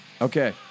Okay